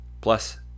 Plus